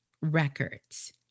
records